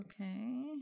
Okay